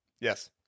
Yes